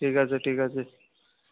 ঠিক আছে ঠিক আছে